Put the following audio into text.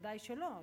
בוודאי שלא,